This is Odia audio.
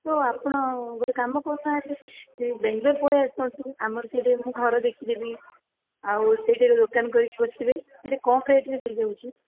ତ ଆପଣ ଗୋଟେ କାମ କରୁ ନାହାନ୍ତି ଏଇ ବେଙ୍ଗଲୋର୍ ପଳେଇ ଆସନ୍ତୁ ଆମର ସେଠି ଘର ଦେଖି ଦେବି ଆଉ ସେଇଠାରେ ଦୋକାନ କରି ବସିବେ ଏତେ କମ୍ ରେଟ୍ରେ ହୋଇଯାଉଛି